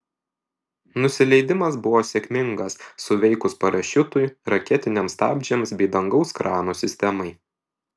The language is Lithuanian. nusileidimas buvo sėkmingas suveikus parašiutui raketiniams stabdžiams bei dangaus krano sistemai